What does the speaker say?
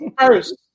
first